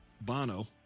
Bono